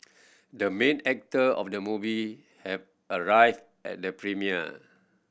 the main actor of the movie have arrived at the premiere